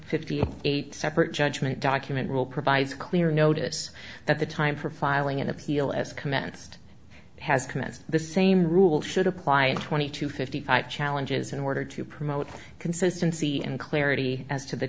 fifty eight separate judgment document rule provides clear notice that the time for filing an appeal as commenced has commenced the same rule should apply in twenty to fifty five challenges in order to promote consistency and clarity as to the